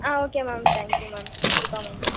ah okay ma'am thank you ma'am கண்டிப்பாக ma'am